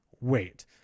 wait